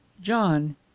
John